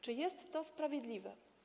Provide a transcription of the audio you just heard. Czy jest to sprawiedliwe?